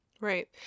Right